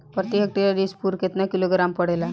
प्रति हेक्टेयर स्फूर केतना किलोग्राम पड़ेला?